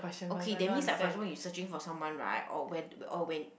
okay that means like for example you searching for someone right or where or when